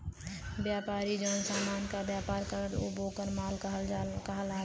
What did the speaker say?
व्यापारी जौन समान क व्यापार करला उ वोकर माल कहलाला